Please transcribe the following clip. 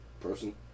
person